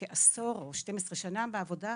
כעשור או 12 שנה בעבודה.